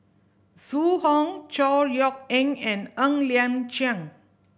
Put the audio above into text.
Zhu Hong Chor Yeok Eng and Ng Liang Chiang